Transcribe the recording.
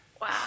Wow